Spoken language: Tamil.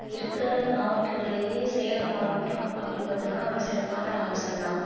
இருக்கிற மாவட்டங்கள்லேயே சேலம் மாவட்டம் அப்படின் பார்த்தோம்ன்னா ஒரு சிறப்பான அம்சம்தான்